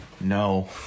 no